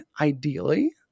ideally